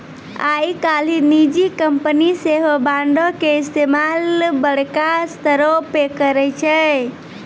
आइ काल्हि निजी कंपनी सेहो बांडो के इस्तेमाल बड़का स्तरो पे करै छै